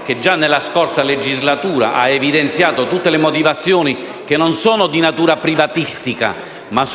anche nella scorsa legislatura, ha evidenziato tutte le motivazioni, che non sono di natura privatistica ma